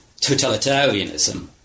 totalitarianism